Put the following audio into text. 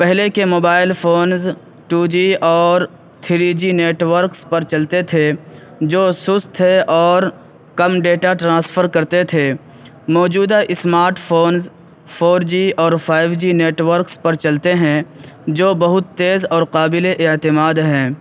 پہلے کے mobile phones two G اور تھری جی نیٹ ورکس پر چلتے تھے جو سست تھے اور کم ڈیٹا ٹرانسفر کرتے تھے موجودہ اسمارٹ فونس فور جی اور فائیو جی نیٹ ورکس پر چلتے ہیں جو بہت تیز اور قابلِ اعتماد ہیں